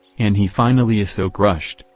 and he finally is so crushed,